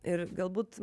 ir galbūt